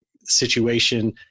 situation